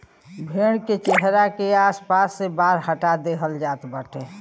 भेड़ के चेहरा के आस पास के बार हटा देहल जात बाटे